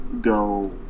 go